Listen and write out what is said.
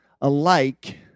alike